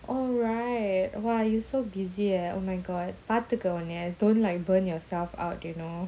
oh right !wah! you so busy eh oh my god பார்த்துக்கஉன்னைய:parthuka unnaya don't like burn yourself out you know